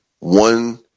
one